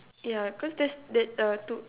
yeah cause that's that uh two